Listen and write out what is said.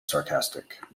sarcastic